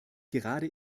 gerade